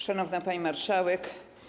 Szanowna Pani Marszałek!